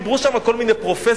דיברו שם כל מיני פרופסורים,